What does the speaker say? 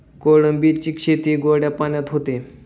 कोळंबीची शेती गोड्या पाण्यात होते